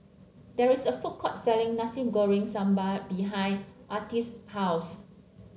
there is a food court selling Nasi Goreng Sambal behind Artie's house